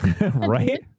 right